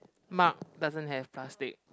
Mark doesn't have plastic